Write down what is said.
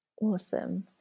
Awesome